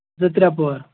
زٕ ترٛےٚ پور